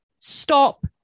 Stop